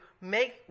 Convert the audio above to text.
make